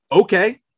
okay